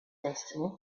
destiny